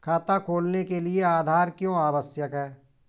खाता खोलने के लिए आधार क्यो आवश्यक है?